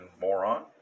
moron